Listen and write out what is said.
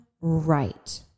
right